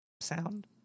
sound